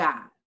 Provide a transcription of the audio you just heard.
God